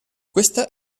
questa